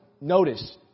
notice